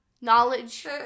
knowledge